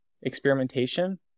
experimentation